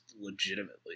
legitimately